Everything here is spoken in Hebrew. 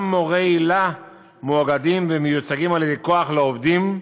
מורי היל"ה מאוגדים ומיוצגים על-ידי "כוח לעובדים",